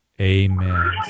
Amen